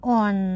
on